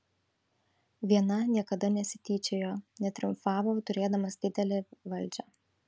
viena niekada nesityčiojo netriumfavo turėdamas didelę valdžią